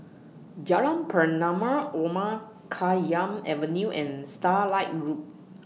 Jalan Pernama Omar Khayyam Avenue and Starlight Road